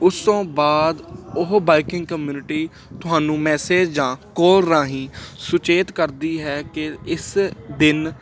ਉਸ ਤੋਂ ਬਾਅਦ ਉਹ ਬਾਈਕਿੰਗ ਕਮਿਊਨਿਟੀ ਤੁਹਾਨੂੰ ਮੈਸੇਜ ਜਾਂ ਕਾਲ ਰਾਹੀਂ ਸੁਚੇਤ ਕਰਦੀ ਹੈ ਕਿ ਇਸ ਦਿਨ